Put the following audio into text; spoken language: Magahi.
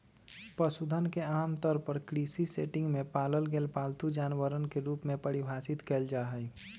पशुधन के आमतौर पर कृषि सेटिंग में पालल गेल पालतू जानवरवन के रूप में परिभाषित कइल जाहई